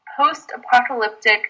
post-apocalyptic